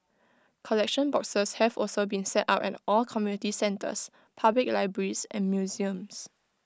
collection boxes have also been set up at all community centres public libraries and museums